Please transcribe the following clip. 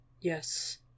Yes